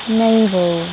navel